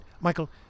Michael